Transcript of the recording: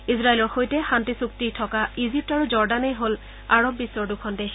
ইজৰাইলৰ সৈতে শান্তি চূক্তি থকা ইজিপ্ত আৰু জৰ্ডানেই হ'ল আৰৱ বিশ্বৰ দুখন দেশ